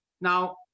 Now